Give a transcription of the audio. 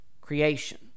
creation